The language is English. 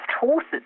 horses